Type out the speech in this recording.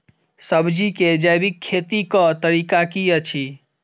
सब्जी केँ जैविक खेती कऽ तरीका की अछि?